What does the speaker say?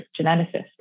geneticist